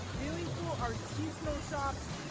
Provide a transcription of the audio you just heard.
really cool artesian shops,